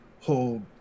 hold